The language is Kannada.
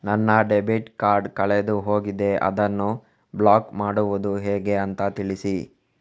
ನನ್ನ ಡೆಬಿಟ್ ಕಾರ್ಡ್ ಕಳೆದು ಹೋಗಿದೆ, ಅದನ್ನು ಬ್ಲಾಕ್ ಮಾಡುವುದು ಹೇಗೆ ಅಂತ ತಿಳಿಸಿ?